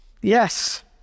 Yes